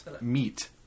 Meat